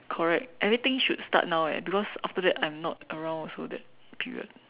correct everything should start now eh because after that I'm not around also that period